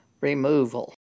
removal